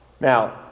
Now